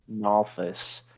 Nalthus